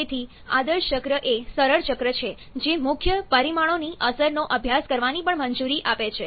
તેથી આદર્શ ચક્ર એ સરળ ચક્ર છે જે મુખ્ય પરિમાણોની અસરનો અભ્યાસ કરવાની પણ મંજૂરી આપે છે